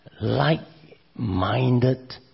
like-minded